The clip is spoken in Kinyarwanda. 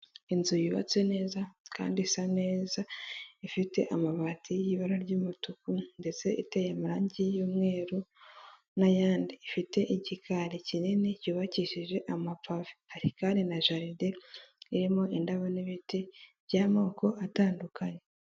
Inzu yubatswe neza kandi isa neza, ifite amabati y'ibara ry'umutuku, ndetse iteye amarangi y'umweru, n'ayandi ifite igikari kinini cyubakishije amapave, hari kandi na jaride irimo indabo n'ibiti by'amoko atandukanye.